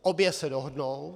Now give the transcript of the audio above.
Obě se dohodnou.